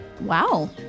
Wow